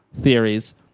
theories